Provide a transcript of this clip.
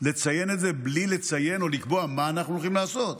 לציין את זה בלי לציין או לקבוע מה אנחנו הולכים לעשות.